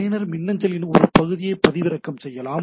பயனர் மின்னஞ்சலின் ஒரு பகுதியை பதிவிறக்கம் செய்யலாம்